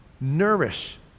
nourish